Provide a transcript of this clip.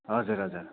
हजुर हजुर